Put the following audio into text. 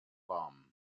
bomb